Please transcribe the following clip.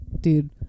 Dude